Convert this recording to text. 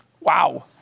Wow